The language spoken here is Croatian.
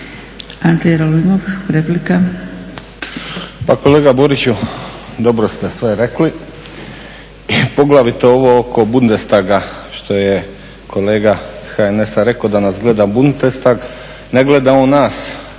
Ante Jerolimov, replika.